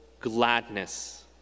gladness